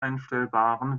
einstellbaren